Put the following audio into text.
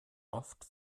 oft